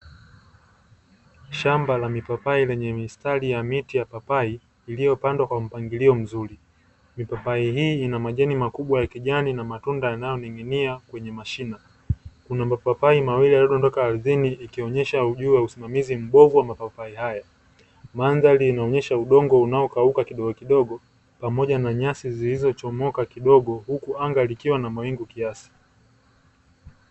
Shamba la mipapai lenye mistari ya miti ya papai, iliyo pandwa kwa mpangilio mzuri, mipapai hii ina majani makubwa ya kijani na matunda yanayoning'inia kwenye mashina, kuna mapapai mawili yaliodondoka aridhini, ikionesha juu ya usimamizi mbovu wa mapapai haya, mandhari inaonyesha udongo unaokauka kidogo kidogo, pamoja na nyasi zilizo chomoka kidogo, huku anga likiwa na mawingu kiasi.